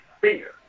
fear